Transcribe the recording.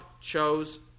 chose